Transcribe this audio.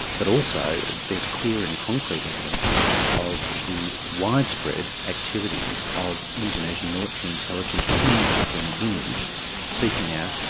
but also there's clear and concrete evidence of the widespread activities of indonesian military intelligence in papua new guinea seeking out,